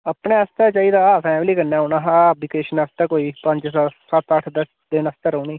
अपना आस्तै चाहिदा हा फैमिली कन्नै औना हा वकेशन आस्तै कोई पंज सत्त सत्त अठ्ठ दस तक दिन आस्तै रौह्ने गी